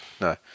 no